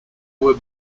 were